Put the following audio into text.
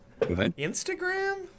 Instagram